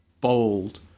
bold